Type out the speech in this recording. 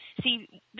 see